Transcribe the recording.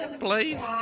please